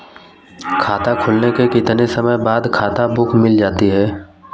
खाता खुलने के कितने समय बाद खाता बुक मिल जाती है?